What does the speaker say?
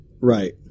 right